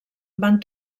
van